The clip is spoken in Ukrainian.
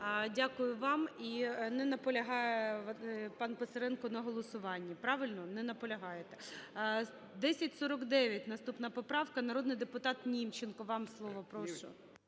Дякую вам. І не наполягає пан Писаренко на голосуванні. Правильно? Не наполягаєте. 1049 наступна поправка. Народний депутат Німченко, вам слово. Прошу.